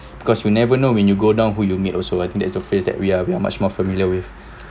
because you never know when you go down who you meet also I think that the face that we are we are much more familiar with